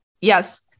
yes